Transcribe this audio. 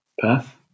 path